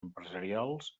empresarials